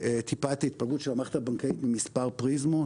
להציג טיפה את ההתפלגות של המערכת הבנקאית ממספר פריזמות.